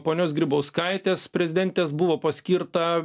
ponios grybauskaitės prezidentės buvo paskirta